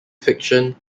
fiction